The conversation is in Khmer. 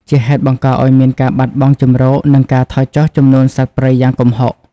ជាហេតុបង្កឱ្យមានការបាត់បង់ជម្រក និងការថយចុះចំនួនសត្វព្រៃយ៉ាងគំហុក។